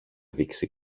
δείξει